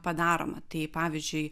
padaroma tai pavyzdžiui